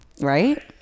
Right